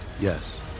Yes